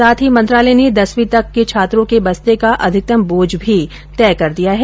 साथ ही मंत्रालय ने दसवीं तक छात्रों के बस्ते का अधिकतम बोझ भी तय कर दिया है